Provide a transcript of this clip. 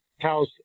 house